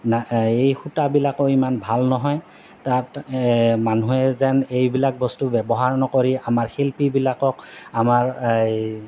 এই সূতাবিলাকো ইমান ভাল নহয় তাত মানুহে যেন এইবিলাক বস্তু ব্যৱহাৰ নকৰি আমাৰ শিল্পীবিলাকক আমাৰ এই